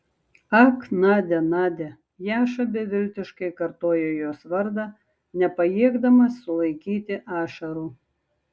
ak nadia nadia jaša beviltiškai kartojo jos vardą nepajėgdamas sulaikyti ašarų